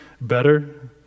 better